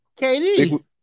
KD